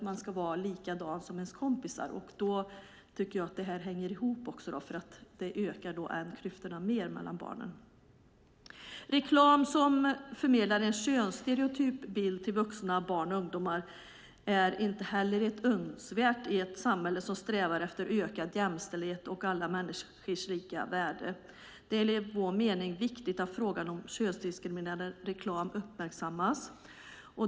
Man vill vara likadan som kompisarna. Därför tycker jag att detta hänger ihop. Det ökar klyftorna än mer mellan barnen. Reklam som förmedlar en könsstereotyp bild till vuxna, barn och ungdomar är inte heller önskvärt i ett samhälle som strävar efter ökad jämställdhet och alla människors lika värde. Det är enligt vår mening viktigt att frågan om könsdiskriminerande reklam uppmärksammas.